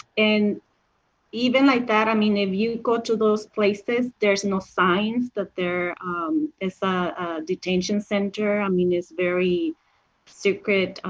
and even like that, i mean, if you go to those places, there's no signs that there is a ah detention center. i mean, it's very secret.